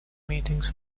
meetings